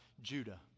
Judah